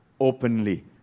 openly